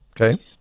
Okay